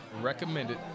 recommended